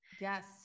Yes